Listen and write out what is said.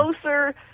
closer